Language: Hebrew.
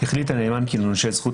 136טו.המצאה החליט הנאמן כי לנושה זכות